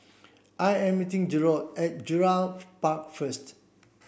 I am meeting Jerod at Gerald Park first